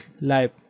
life